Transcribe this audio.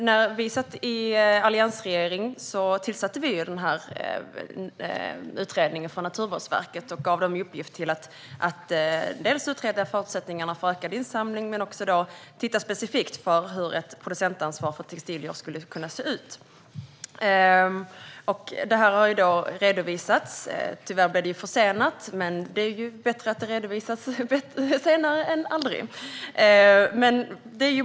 När vi satt i alliansregeringen tillsatte vi denna utredning och gav Naturvårdsverket i uppgift att dels utreda förutsättningarna för ökad insamling, dels titta specifikt på hur ett producentansvar för textilier skulle kunna se ut. Detta har nu redovisats; tyvärr blev det försenat, men bättre sent än aldrig!